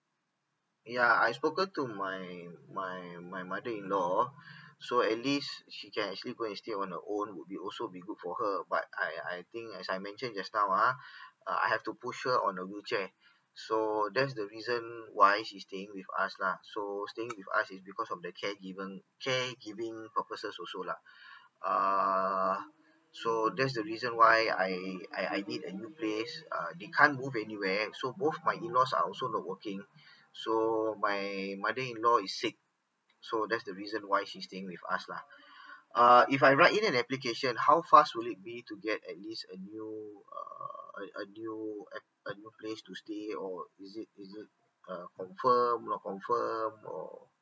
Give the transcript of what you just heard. ya I've spoken to my my my my mother in law so at least she can actually go and stay on her own would be also be good for her but I I think as I mentioned just now ah uh I have to push her on a wheelchair so that's the reason why she staying with us lah so staying with us is because of the care given care giving purposes also lah uh so that's the reason why I I I need a new place uh they can't move anywhere so both my in laws are also not working so my mother in law is sick so that's the reason why she staying with us lah uh if I write in an application how fast would it be to get at least a new uh a a new a new place to stay or is it is it um confirm not confirm or